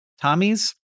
Tommy's